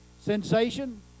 Sensation